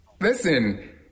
listen